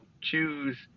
choose